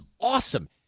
awesome –